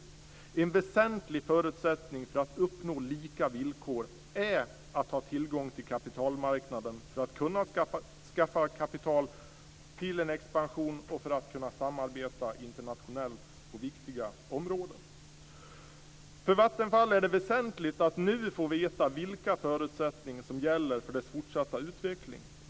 En väsentlig förutsättning för att uppnå lika villkor är att ha tillgång till kapitalmarknaden för att kunna skaffa kapital till en expansion och för att kunna samarbeta internationellt på viktiga områden. För Vattenfall är det väsentligt att nu få veta vilka förutsättningar som gäller för dess fortsatta utveckling.